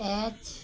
H